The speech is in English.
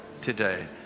today